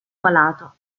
malato